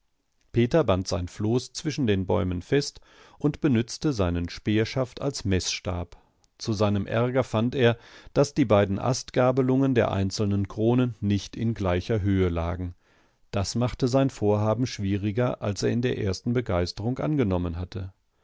peter band sein floß zwischen den bäumen fest und benützte seinen speerschaft als meßstab zu seinem ärger fand er daß die beiden astgabelungen der einzelnen kronen nicht in gleicher höhe lagen das machte sein vorhaben schwieriger als er in der ersten begeisterung angenommen hatte